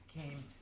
came